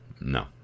No